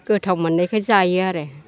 गोथाव मोननायखाय जायो आरो